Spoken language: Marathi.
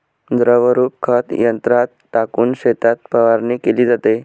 द्रवरूप खत यंत्रात टाकून शेतात फवारणी केली जाते